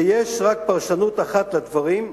ויש רק פרשנות אחת לדברים: